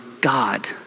God